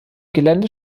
gelände